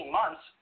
months